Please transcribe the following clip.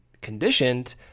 conditioned